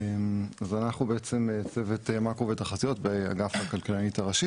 אז אנחנו בעצם צוות מאקרו ותחזיות באגף הכלכלנית הראשית,